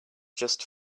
just